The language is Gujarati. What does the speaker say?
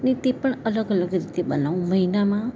ને તે પણ અલગ અલગ રીતે બનાવું મહિનામાં